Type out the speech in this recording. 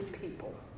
people